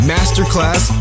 Masterclass